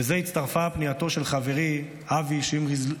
לזה הצטרפה פנייתו של חברי אבי שמריז,